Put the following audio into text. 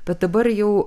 bet dabar jau